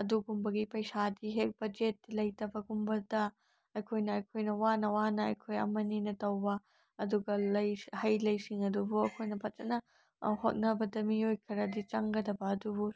ꯑꯗꯨꯒꯨꯝꯕꯒꯤ ꯄꯩꯁꯥꯗꯤ ꯍꯦꯛ ꯕꯖꯦꯠꯇꯤ ꯂꯩꯇꯕꯒꯨꯝꯕꯗ ꯑꯩꯈꯣꯏꯅ ꯑꯩꯈꯣꯏꯅ ꯋꯥꯅ ꯋꯥꯅ ꯑꯩꯈꯣꯏ ꯑꯃ ꯑꯅꯤꯅ ꯇꯧꯕ ꯑꯗꯨꯒ ꯂꯩ ꯍꯩꯂꯩꯁꯤꯡ ꯑꯗꯨꯕꯨ ꯑꯩꯈꯣꯏꯅ ꯐꯖꯅ ꯍꯣꯠꯅꯕꯗ ꯃꯤꯑꯣꯏ ꯈꯔꯗꯤ ꯆꯪꯒꯗꯕ ꯑꯗꯨꯕꯨ